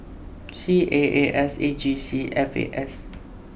C A A S A G C F A S